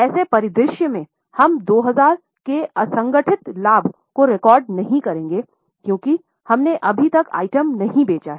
ऐसे परिदृश्य में हम 2000 के असंगठित लाभ को रिकॉर्ड नहीं करेंगे क्योंकि हमने अभी तक आइटम नहीं बेचा है